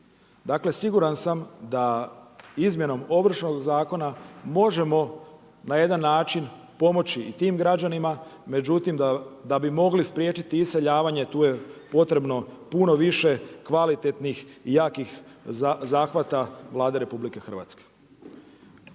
Dakle, siguran sam, da izmjenom ovršnog zakona, možemo na jedan način pomoći i tim građanima, međutim da bi mogli iseljavanje, tu je potrebno puno više kvalitetnih i jakih zahvata Vlade RH. Hvala.